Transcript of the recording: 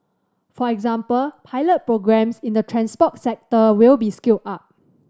for example pilot programmes in the transport sector will be scaled up